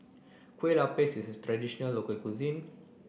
Kueh Lapis is a traditional local cuisine